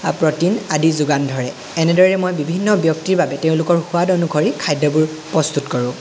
protein আদি যোগান ধৰে এনেদৰে মই বিভিন্ন ব্যক্তিৰ বাবে তেওঁলোকৰ সোৱাদ অনুসৰি খাদ্যবোৰ প্ৰস্তুত কৰোঁ